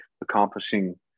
accomplishing